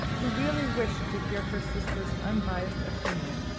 who really wished to hear her sister's unbiased opinion,